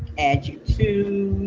add you too.